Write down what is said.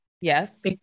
Yes